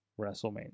WrestleMania